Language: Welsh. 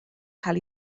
cael